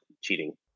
cheating